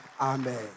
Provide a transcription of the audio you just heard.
Amen